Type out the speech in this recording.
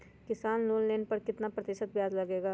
किसान लोन लेने पर कितना प्रतिशत ब्याज लगेगा?